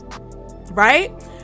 right